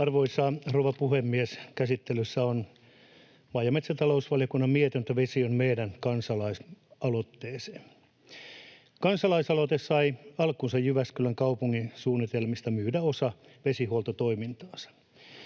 Arvoisa rouva puhemies! Käsittelyssä on maa‑ ja metsäta-lousvaliokunnan mietintö Vesi on meidän ‑kansalaisaloitteeseen. Kansalaisaloite sai alkunsa Jyväskylän kaupungin suunnitelmista myydä osa vesihuoltotoimintaansa.